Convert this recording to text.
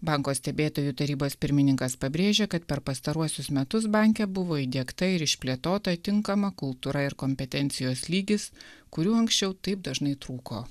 banko stebėtojų tarybos pirmininkas pabrėžė kad per pastaruosius metus banke buvo įdiegta ir išplėtota tinkama kultūra ir kompetencijos lygis kurių anksčiau taip dažnai trūko